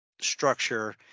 structure